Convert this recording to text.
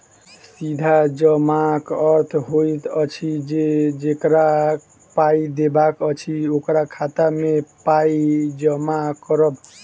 सीधा जमाक अर्थ होइत अछि जे जकरा पाइ देबाक अछि, ओकरा खाता मे पाइ जमा करब